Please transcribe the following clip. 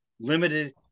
limited